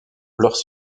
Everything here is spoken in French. leurs